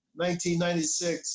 1996